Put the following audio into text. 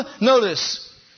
Notice